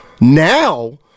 Now